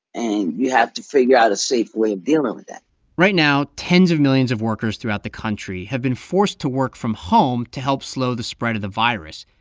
and you have to figure out a safe way of dealing with that right now, tens of millions of workers throughout the country have been forced to work from home to help slow the spread of the virus.